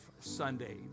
Sunday